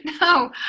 No